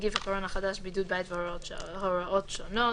(נגיף הקורונה החדש) (בידוד בית והוראות שונות)